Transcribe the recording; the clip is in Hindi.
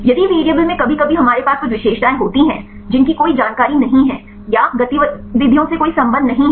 यदि वेरिएबल में कभी कभी हमारे पास कुछ विशेषताएं होती हैं जिनकी कोई जानकारी नहीं है या गतिविधियों से कोई संबंध नहीं है